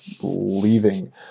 leaving